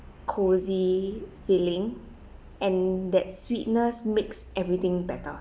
cosy feeling and that sweetness makes everything better